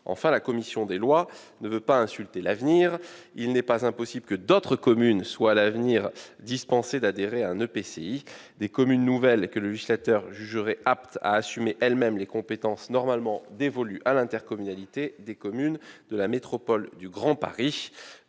Enfin, la commission des lois ne veut pas insulter l'avenir. Il n'est pas impossible que d'autres communes soient à l'avenir dispensées d'adhérer à un EPCI, des communes nouvelles que le législateur jugerait aptes à assumer elles-mêmes les compétences normalement dévolues à l'intercommunalité des communes de la métropole du Grand Paris,